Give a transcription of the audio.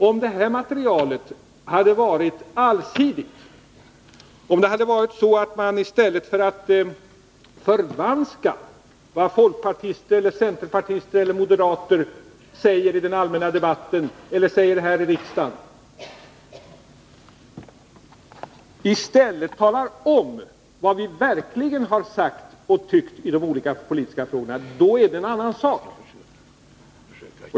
Om det hade varit allsidigt och om man i stället för att förvanska vad folkpartister, centerpartister eller moderater har sagt i den allmänna debatten eller här i riksdagen hade talat om vad de verkligen har sagt och tyckt i de olika politiska frågorna, då hade det varit en annan sak.